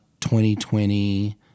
2020